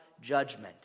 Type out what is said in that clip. judgment